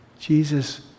Jesus